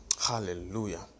Hallelujah